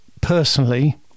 personally